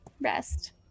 Rest